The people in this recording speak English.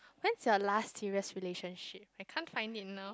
when's your last serious relationship I can't find it now